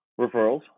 referrals